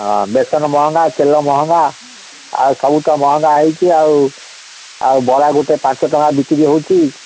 ହଁ ବେସନ ମହଙ୍ଗା ତେଲ ମହଙ୍ଗା ଆଉ ସବୁ ତ ମହଙ୍ଗା ହୋଇଛି ଆଉ ଆଉ ବରା ଗୋଟେ ପାଞ୍ଚ ଟଙ୍କା ବିକ୍ରି ହେଉଛି